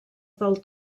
del